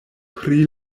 pri